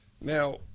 now